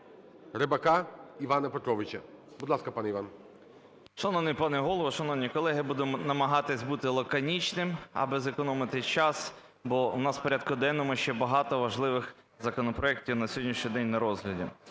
Рибака Івана Петровича. Будь ласка, пане Іван. 10:50:28 РИБАК І.П. Шановний пане Голово! Шановні колеги! Будемо намагатися бути лаконічним аби зекономити час, бо у нас в порядку денному ще багато важливих законопроектів на сьогоднішній день на розгляді.